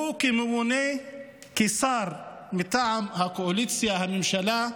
הוא ממונה, כשר מטעם הקואליציה, הממשלה,